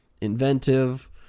inventive